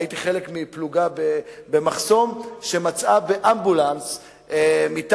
הייתי חלק מפלוגה במחסום שמצאה באמבולנס שרצה לעבור,